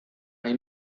nahi